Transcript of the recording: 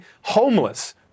homeless